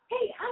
hey